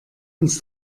uns